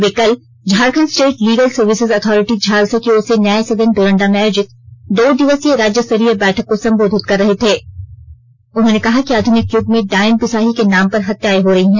वे कल Jharkhand state legal services authority JHALSA की ओर से न्यायसदन डोरण्डा में आयोजित दो दिवसीय राज्यस्तरीय बैठक को सम्बोधित कर रहे थे उन्होंने कहा कि आधुनिक यूग में डायन बिसाही के नाम पर हत्याए हो रही है